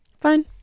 Fine